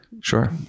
Sure